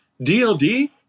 dld